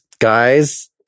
guys